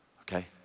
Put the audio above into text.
okay